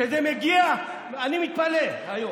אני מתפלא, היו"ר,